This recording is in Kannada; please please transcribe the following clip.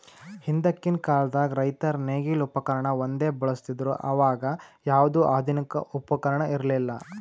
ಹಿಂದಕ್ಕಿನ್ ಕಾಲದಾಗ್ ರೈತರ್ ನೇಗಿಲ್ ಉಪಕರ್ಣ ಒಂದೇ ಬಳಸ್ತಿದ್ರು ಅವಾಗ ಯಾವ್ದು ಆಧುನಿಕ್ ಉಪಕರ್ಣ ಇರ್ಲಿಲ್ಲಾ